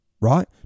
right